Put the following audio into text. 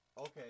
Okay